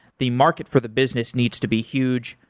the market for the business needs to be huge.